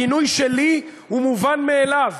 הגינוי שלי הוא מובן מאליו.